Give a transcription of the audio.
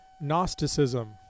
Gnosticism